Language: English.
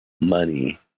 Money